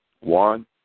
One